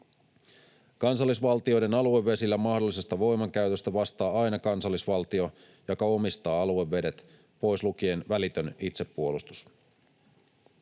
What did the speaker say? Kansallisvaltioiden aluevesillä mahdollisesta voimankäytöstä vastaa aina kansallisvaltio, joka omistaa aluevedet, pois lukien välitön itsepuolustus.